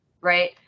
right